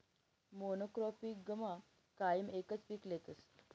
मोनॉक्रोपिगमा कायम एकच पीक लेतस